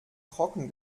trocken